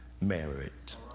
merit